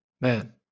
Man